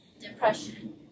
depression